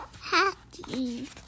Happy